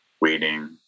waiting